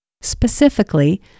Specifically